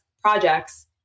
projects